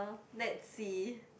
let's see